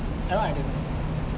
that [one] I don't know